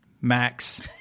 Max